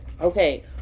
Okay